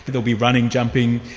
there'll be running, jumping,